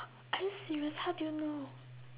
are you serious how do you know